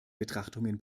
betrachtungen